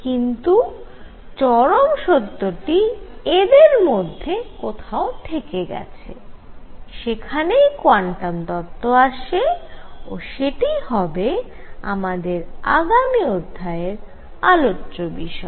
কিন্তু চরম সত্যটি এদের মধ্যে কোথাও থেকে গেছে সেখানেই কোয়ান্টাম তত্ত্ব আসে ও সেটিই হবে আমাদের আগামী অধ্যায়ের আলোচ্য বিষয়